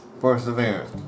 Perseverance